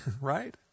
right